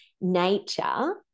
nature